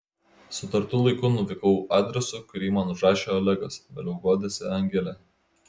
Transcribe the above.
sutartu laiku nuvykau adresu kurį man užrašė olegas vėliau guodėsi angelė